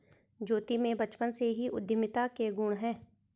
ज्योति में बचपन से ही उद्यमिता के गुण है